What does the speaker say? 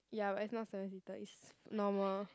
ya but it's not seven seater it's normal